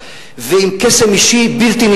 למה שאדם כל כך מוכשר,